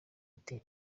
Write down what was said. ati